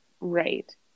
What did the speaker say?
right